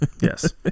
yes